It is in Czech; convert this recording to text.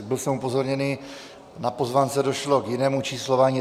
Byl jsem upozorněn, na pozvánce došlo k jinému číslování.